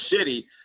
City